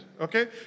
Okay